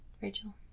Rachel